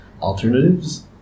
alternatives